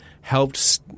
helped